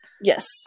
Yes